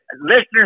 Listeners